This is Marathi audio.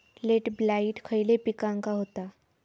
लेट ब्लाइट खयले पिकांका होता?